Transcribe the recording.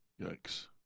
Yikes